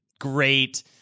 great